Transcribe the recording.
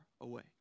away